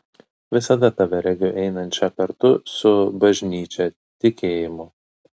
visada tave regiu einančią kartu su bažnyčia tikėjimu